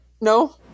No